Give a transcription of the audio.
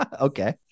okay